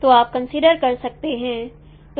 तो आप कंसीडर कर सकते हैं